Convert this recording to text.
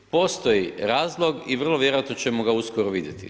Postoji razlog i vrlo vjerojatno ćemo ga uskoro vidjeti.